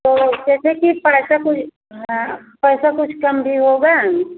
तो जैसे कि पैसे की पैसा कुछ कम भी होगा